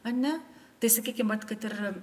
ane tai sakykim vat kad ir